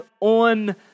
on